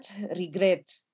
regret